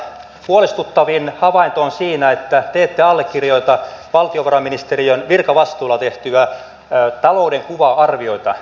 huolestuttavin havainto on siinä että te ette allekirjoita valtiovarainministeriön virkavastuulla tehtyä taloudenkuva arviota